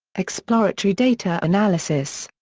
exploratory data analysis.